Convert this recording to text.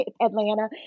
Atlanta